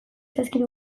zaizkit